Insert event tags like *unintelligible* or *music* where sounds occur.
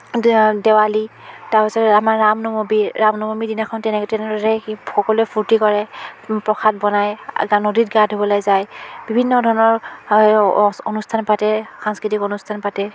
*unintelligible* দেৱালী তাৰ পাছত আমাৰ ৰামনৱমী ৰামনৱমীৰ দিনাখন তেনে তেনেদৰেই কি সকলোৱে ফূৰ্তি কৰে প্ৰসাদ বনায় নদীত গা ধুবলৈ যায় বিভিন্ন ধৰণৰ *unintelligible* অনুষ্ঠান পাতে সাংস্কৃতিক অনুষ্ঠান পাতে